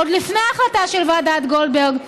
עוד לפני ההחלטה של ועדת גולדברג.